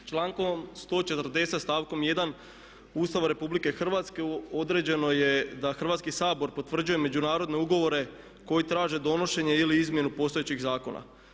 Člankom 140, stavkom 1. Ustava RH određeno je da Hrvatski sabor potvrđuje međunarodne ugovore koji traže donošenje ili izmjenu postojećih zakona.